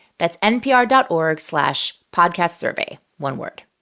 that's npr dot org slash podcastsurvey one word